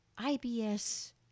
IBS